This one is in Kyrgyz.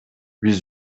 биз